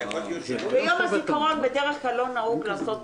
ביום הזיכרון בדרך כלל לא נהוג לעשות